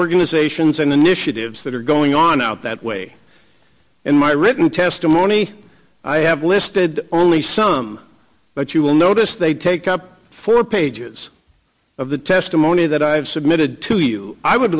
organizations and initiatives that are going on out that way in my written testimony i have listed only some but you will notice they take up four pages of the testimony that i've submitted to you i would